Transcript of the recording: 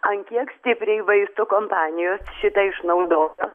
ant kiek stipriai vaistų kompanijos šitą išnaudojo